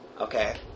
Okay